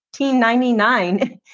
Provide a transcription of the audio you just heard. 1999